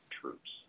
Troops